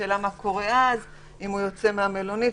השאלה מה קורה אם הוא יוצא מהמלונית.